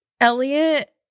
Elliot